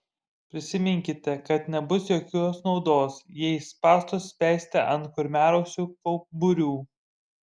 prisiminkite kad nebus jokios naudos jei spąstus spęsite ant kurmiarausių kauburių